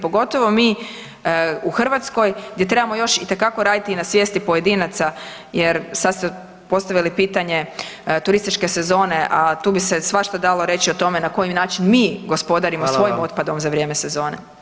Pogotovo mi u Hrvatskoj gdje trebamo još itekako raditi i na svijesti pojedinaca jer sad ste postavili pitanje turističke sezone, a tu bi se svašta dalo reći o tome na koji način mi gospodarimo svojim otpadom [[Upadica: Hvala vam.]] za vrijeme sezone.